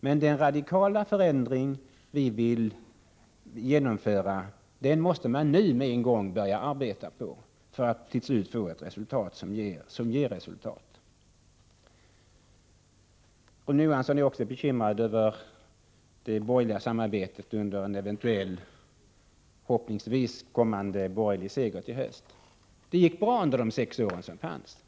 Man måste dock omedelbart börja arbeta för att genomföra den radikala förändring som vi tror är nödvändig för ett verkligt konkret resultat i slutändan. Rune Johansson är också bekymrad över hur det borgerliga samarbetet skall fungera efter den borgerliga seger som vi hoppas på till hösten. Det gick bra under de tidigare sex åren.